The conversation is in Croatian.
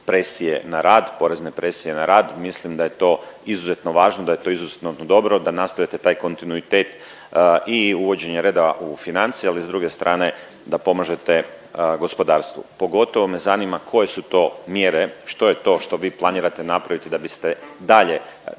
presije na rad, porezne presije na rad. Mislim da je to izuzetno važno, da je to izuzetno dobro, da nastavite taj kontinuitet i uvođenje reda u financije, ali s druge strane da pomažete gospodarstvu. Pogotovo me zanima koje su to mjere, što je to što vi planirate napraviti da biste dalje,